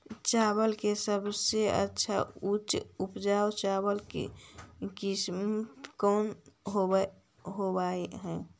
चावल के सबसे अच्छा उच्च उपज चावल किस्म कौन होव हई?